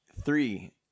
Three